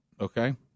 Okay